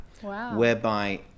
whereby